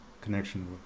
connection